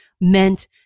meant